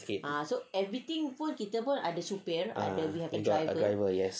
ah we have a driver yes